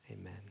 amen